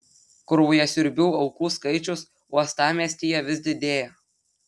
kraujasiurbių aukų skaičius uostamiestyje vis didėja